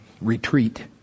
Retreat